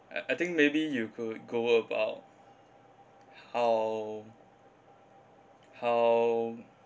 I I think maybe you could go about how how